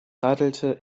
radelte